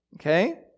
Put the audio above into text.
Okay